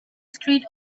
streets